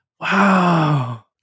wow